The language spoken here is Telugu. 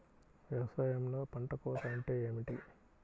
వ్యవసాయంలో పంట కోత అంటే ఏమిటి?